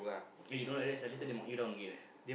eh you don't like that sia later they mark you down again